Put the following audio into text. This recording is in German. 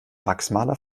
wachsmaler